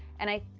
and i.